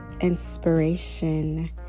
Inspiration